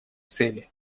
цели